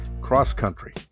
cross-country